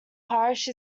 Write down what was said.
parish